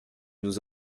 nous